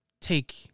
take